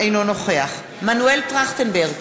אינו נוכח מנואל טרכטנברג,